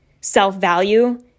self-value